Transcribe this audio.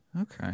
okay